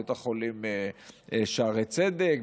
בית החולים שערי צדק,